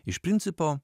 iš principo